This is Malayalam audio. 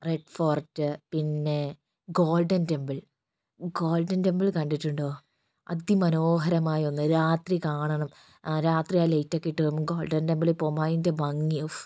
റെഡ് ഫോർട്ട് പിന്നെ ഗോൾഡൻ ടെമ്പിൾ ഗോൾഡൻ ടെമ്പിൾ കണ്ടിട്ടുണ്ടോ അതിമനോഹരമായ ഒന്ന് രാത്രിയിൽ കാണണം രാത്രി ആ ലൈറ്റൊക്കെയിട്ട് നമ്മള് ഗോൾഡൻ ടെമ്പിളിൽ പോകുമ്പോൾ അതിന്റെ ഭംഗി ഉഫ്